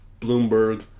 Bloomberg